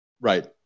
Right